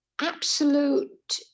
absolute